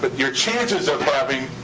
but your chances of having.